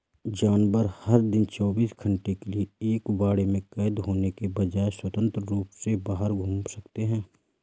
जानवर, हर दिन चौबीस घंटे के लिए एक बाड़े में कैद होने के बजाय, स्वतंत्र रूप से बाहर घूम सकते हैं